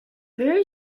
very